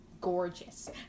gorgeous